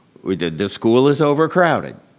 the school is overcrowded